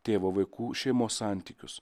tėvo vaikų šeimos santykius